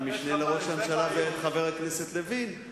את המשנה לראש הממשלה ואת חבר הכנסת לוין.